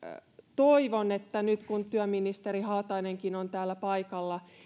toivon nyt kun työministeri haatainenkin on täällä paikalla